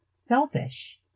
selfish